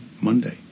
Monday